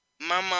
mama